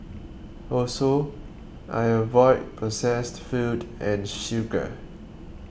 also I avoid processed food and sugar